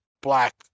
black